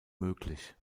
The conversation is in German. möglich